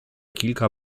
kilka